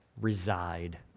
reside